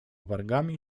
wargami